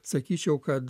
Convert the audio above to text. sakyčiau kad